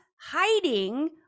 hiding